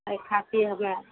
ताहि खातिर हमे